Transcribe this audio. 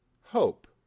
hope